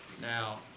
now